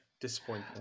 Disappointing